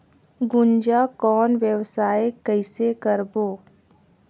गुनजा कौन व्यवसाय कइसे करबो?